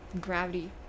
gravity